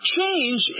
Change